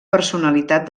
personalitat